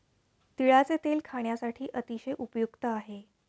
तिळाचे तेल खाण्यासाठी अतिशय उपयुक्त आहे